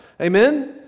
amen